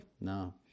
no